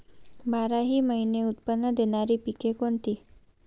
बाराही महिने उत्त्पन्न देणारी पिके कोणती?